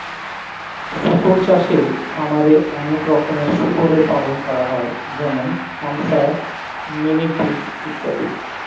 শুকর চাষে খামারে অনেক রকমের শুকরের পালন করা হয় যেমন হ্যাম্পশায়ার, মিনি পিগ ইত্যাদি